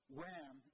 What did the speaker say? ram